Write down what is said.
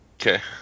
okay